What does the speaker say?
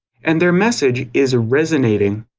and their message is resonating.